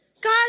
God